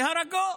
והרגו.